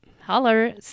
Holler